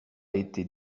été